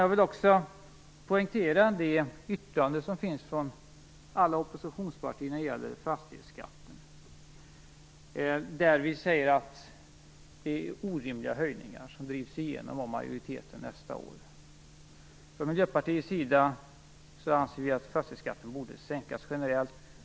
Jag vill också poängtera yttrandet från alla oppositionspartier när det gäller fastighetsskatten. Vi säger där att det är orimliga höjningar som drivs igenom av majoriteten nästa år. Vi i Miljöpartiet anser att fastighetsskatten borde sänkas generellt.